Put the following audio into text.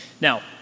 Now